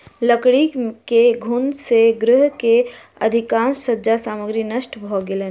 लकड़ी के घुन से गृह के अधिकाँश सज्जा सामग्री नष्ट भ गेलैन